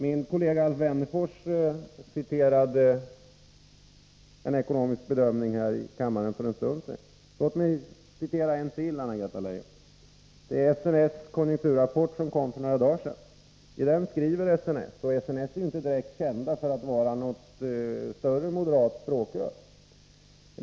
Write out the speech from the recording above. Min kollega Wennerfors citerade för en stund sedan här i kammaren en ekonomisk bedömning. Låt mig citera en till, Anna-Greta Leijon! Det är SNS konjunkturrapport, som kom för några dagar sedan. SNS är inte känt för att vara något större moderat språkrör.